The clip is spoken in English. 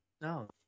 No